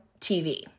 TV